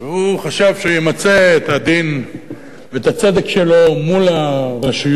הוא חשב שימצה את הדין ואת הצדק שלו מול הרשויות,